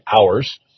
hours